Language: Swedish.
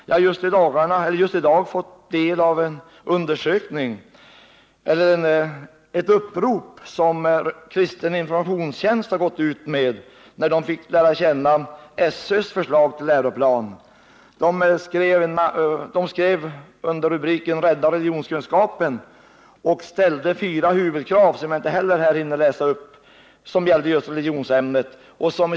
Jag har just i dag fått del av ett upprop som Kristen informationstjänst gick ut med när man fick del av SÖ:s förslag till läroplan. Uppropet hade rubriken Rädda religionskunskapen och innehöll fyra huvudkrav, som gällde religionsämnet men som jag inte heller hinner läsa upp.